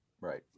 Right